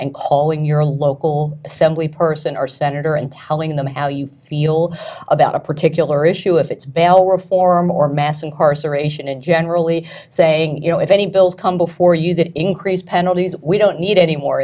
and calling your local assembly person or senator and telling them how you feel about a particular issue if it's veil reform or mass incarceration and generally saying you know if any bills come before you that increase penalties we don't need any more